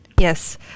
Yes